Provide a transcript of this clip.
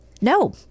No